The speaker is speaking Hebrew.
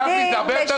רבותיי, בואו נעשה סדר.